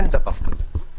אין דבר כזה.